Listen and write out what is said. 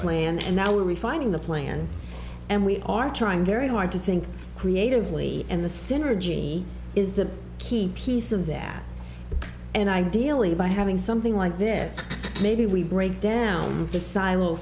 plan and now we're refining the plan and we are trying very hard to think creatively and the synergy is the key piece of that and ideally by having something like this maybe we break down the silo